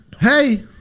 Hey